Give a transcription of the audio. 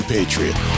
Patriot